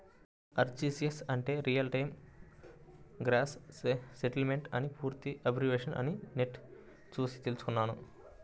RTGS అంటే real time gross settlement అని పూర్తి అబ్రివేషన్ అని నెట్ చూసి తెల్సుకున్నాను